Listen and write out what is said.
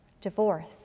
divorce